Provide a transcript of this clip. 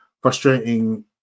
frustrating